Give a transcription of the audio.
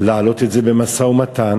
להעלות את זה במשא-ומתן,